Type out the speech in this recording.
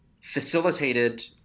facilitated